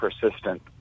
persistent